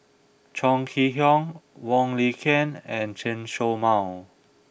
Chong Kee Hiong Wong Lin Ken and Chen Show Mao